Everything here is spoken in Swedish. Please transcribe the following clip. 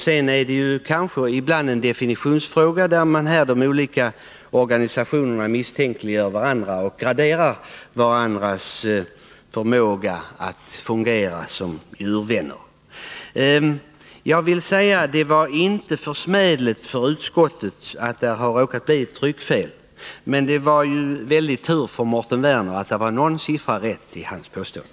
Sedan är det kanske ibland en definitionsfråga när de olika organisationerna misstänkliggör varandra och graderar varandras förmåga att fungera som djurvänner. Jag vill säga att det var inte försmädligt för utskottet att det har råkat bli ett tryckfel, men det var ju en väldig tur för Mårten Werner att någon siffra var rätt i hans påstående.